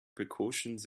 precautions